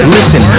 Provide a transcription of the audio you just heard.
Listen